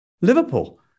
Liverpool